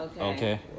Okay